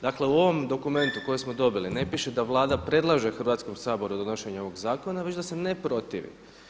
Dakle u ovom dokumentu kojeg smo dobili ne piše da Vlada predlaže Hrvatskom saboru donošenje ovog zakona već da se ne protivi.